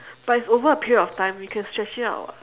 but it's over a period of time you can stretch it out [what]